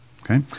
Okay